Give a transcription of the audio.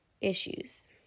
issues